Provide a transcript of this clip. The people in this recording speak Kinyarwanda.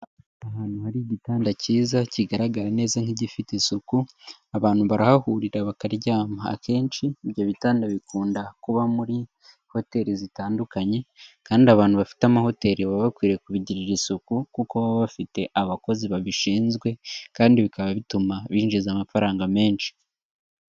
Ahantu hari igitanda cyiza kigaragara neza nk'igifite isuku, abantu barahahurira bakaryama. Akenshi ibyo bitanda bikunda kuba muri hoteri zitandukanye kandi abantu bafite amahoteri baba bakwiriye kubigirira isuku kuko baba bafite abakozi babishinzwe kandi bikaba bituma binjiza amafaranga menshi.